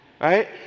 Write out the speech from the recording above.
right